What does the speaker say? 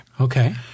Okay